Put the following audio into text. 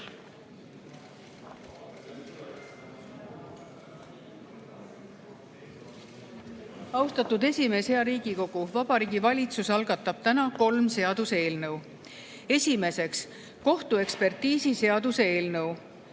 Austatud esimees! Hea Riigikogu! Vabariigi Valitsus algatab täna kolm seaduseelnõu. Esimeseks, kohtuekspertiisiseaduse eelnõu.